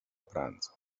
pranzo